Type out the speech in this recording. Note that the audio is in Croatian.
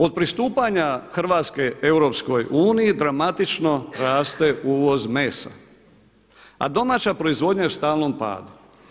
Od pristupanja Hrvatske EU dramatično raste uvoz mesa a domaća proizvodnja je u stalnom padu.